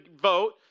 vote